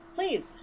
please